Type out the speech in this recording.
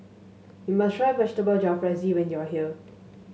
you must try Vegetable Jalfrezi when you are here